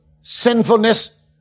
sinfulness